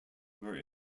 were